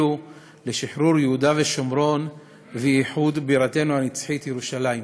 לשחרור יהודה ושומרון ולאיחוד בירתנו הנצחית ירושלים.